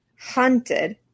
Hunted